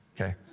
Okay